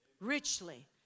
richly